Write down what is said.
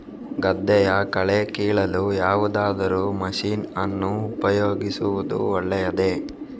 ಗದ್ದೆಯ ಕಳೆ ಕೀಳಲು ಯಾವುದಾದರೂ ಮಷೀನ್ ಅನ್ನು ಉಪಯೋಗಿಸುವುದು ಒಳ್ಳೆಯದೇ?